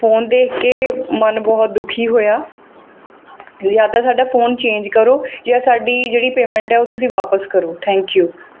phone ਦੇਖ ਕੇ ਮਨ ਬਹੁਤ ਦੁਖੀ ਹੋਇਆ ਜਾਂ ਤਾਂ ਸਾਡਾ ਫੋਨ ਚੇਂਜ ਕਰੋ ਜਾਂ ਸਾਡੀ ਜਿਹੜੀ ਪੇਮੈਂਟ ਆ ਉਹ ਤੁਸੀਂ ਵਾਪਸ ਕਰੋ ਥੈਂਕ ਯੂ